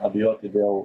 abejoti dėl